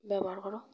ব্যৱহাৰ কৰোঁ